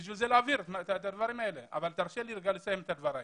כדי להבהיר את הדברים האלה אבל תרשה לי לסיים את דבריי.